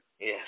Yes